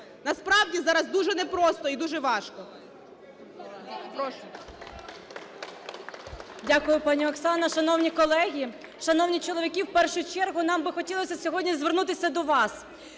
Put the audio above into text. Насправді зараз дуже не просто і дуже важко.